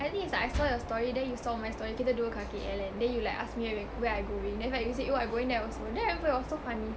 I think it's like I saw your story then you saw my story kita dua kat K_L kan then you like ask me whe~ where I going then like you said oh I going there also then I remember it was so funny